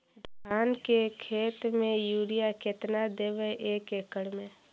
धान के खेत में युरिया केतना देबै एक एकड़ में?